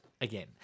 again